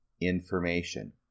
information